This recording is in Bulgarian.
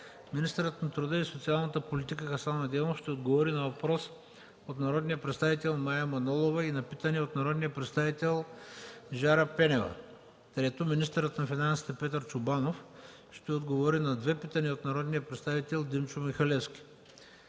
Министърът на труда и социалната политика Хасан Адемов ще отговори на въпрос от народния представител Мая Манолова и на питане от народния представител Жара Пенева-Георгиева. 3. Министърът на финансите Петър Чобанов ще отговори на две питания от народния представител Димчо Михалевски.